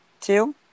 two